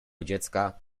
dziecka